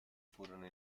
furono